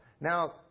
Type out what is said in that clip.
Now